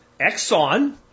Exxon